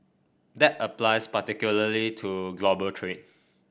that applies particularly to global trade